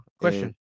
Question